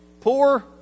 poor